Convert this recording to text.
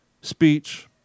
speech